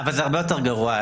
אבל זה הרבה יותר גרוע,